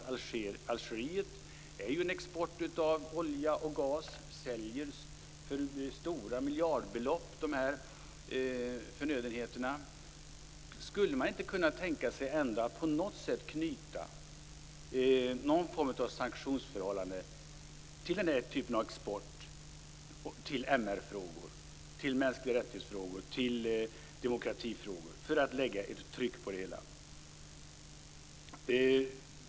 Algeriet exporterar ju olja och gas för stora miljardbelopp. Skulle man inte kunna tänka sig att knyta någon form av sanktioner när det gäller denna export till MR-frågor och till demokratifrågor för att det skall bli större tryck på det hela?